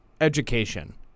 education